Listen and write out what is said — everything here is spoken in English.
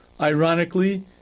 Ironically